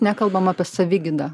nekalbam apie savigydą